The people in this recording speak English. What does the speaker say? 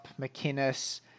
McInnes